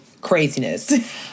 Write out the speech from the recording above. craziness